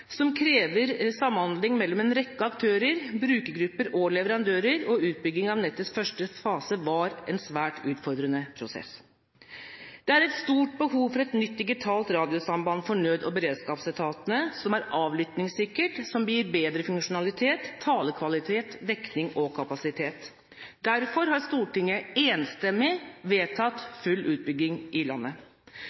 som krever samhandling mellom en rekke aktører, brukergrupper og leverandører, og utbygging av nettets første fase var en svært utfordrende prosess. Det er et stort behov for et nytt digitalt radiosamband for nød- og beredskapsetatene som er avlyttingssikkert, som gir bedre funksjonalitet, talekvalitet, dekning og kapasitet. Derfor har Stortinget, enstemmig, vedtatt full utbygging i landet.